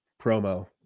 promo